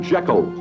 Jekyll